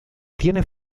tiene